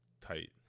tight